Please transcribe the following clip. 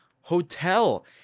hotel